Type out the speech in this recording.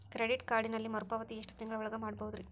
Credit ಕಾರ್ಡಿನಲ್ಲಿ ಮರುಪಾವತಿ ಎಷ್ಟು ತಿಂಗಳ ಒಳಗ ಮಾಡಬಹುದ್ರಿ?